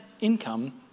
income